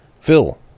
Phil